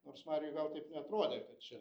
nors mariui gal taip neatrodė kad čia